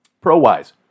Pro-wise